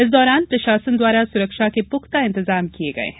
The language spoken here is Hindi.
इस दौरान प्रशासन द्वारा सुरक्षा के पुख्ता इंतजाम किये गये हैं